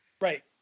Right